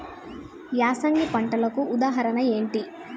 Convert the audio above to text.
యాసంగి పంటలకు ఉదాహరణ ఏంటి?